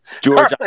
george